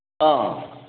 ꯑ